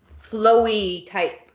flowy-type